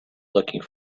looking